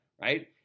right